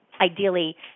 ideally